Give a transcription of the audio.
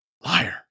Liar